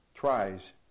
tries